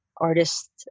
artist